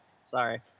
Sorry